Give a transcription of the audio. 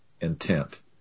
intent